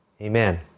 Amen